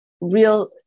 real